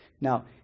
now